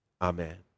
Amen